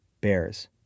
Bears